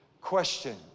Question